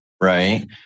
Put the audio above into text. right